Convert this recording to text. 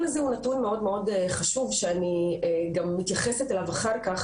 הזה הוא נתון מאוד חשוב שאני גם מתייחסת אליו אחר כך